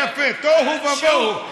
תוהו ובוהו.